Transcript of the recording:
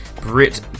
Brit